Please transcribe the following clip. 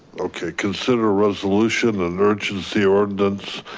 okay, consider a resolution and urgency ordinance,